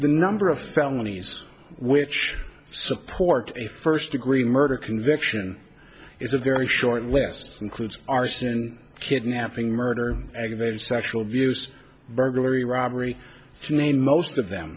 the number of felonies which support a first degree murder conviction is a very short list includes arson kidnapping murder aggravated sexual abuse burglary robbery to name most of them